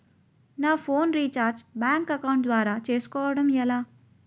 నా phone recharge bank account ద్వారా చేసుకోవటం ఎలా?